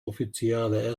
oficiale